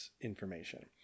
information